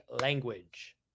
language